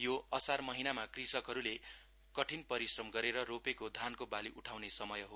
यो असार महिनामा क्रषकहरूले कठिन परिश्रम गरेर रोपेको धानको बालि उठाउने समय हो